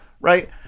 right